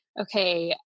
okay